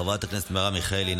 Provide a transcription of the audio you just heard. חברת הכנסת מרב מיכאלי,